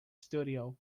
studio